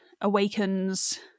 awakens